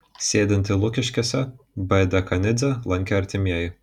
sėdintį lukiškėse b dekanidzę lankė artimieji